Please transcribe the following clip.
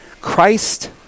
Christ